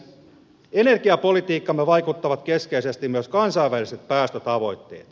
energiapolitiikkaamme vaikuttavat keskeisesti myös kansainväliset päästötavoitteet